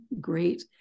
great